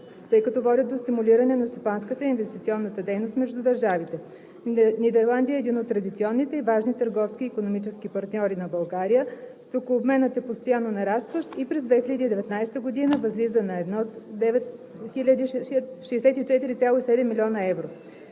тъй като водят до стимулиране на стопанската и инвестиционната дейност между държавите. Нидерландия е един от традиционните и важни търговски и икономически партньори на България. Стокообменът е постоянно нарастващ и през 2019 г. възлиза на 1964,7 млн. евро.